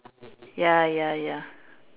ya ya ya